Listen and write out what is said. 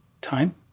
Time